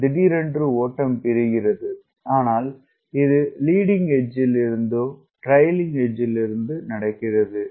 மிக திடீரென்று ஓட்டம் பிரிக்கிறது ஆனால் இது லீடிங் எட்ஜ்ல் இருந்து ட்ரைக்ளிங் எட்ஜ்ல் நடக்கிறது